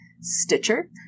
Stitcher